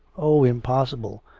oh! impossible!